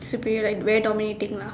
superior like very dominating lah